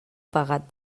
pegat